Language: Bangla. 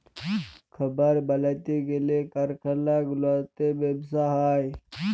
খাবার বালাতে গ্যালে কারখালা গুলাতে ব্যবসা হ্যয়